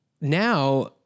now